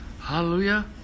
Hallelujah